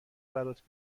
برات